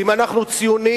אם אנחנו ציונים,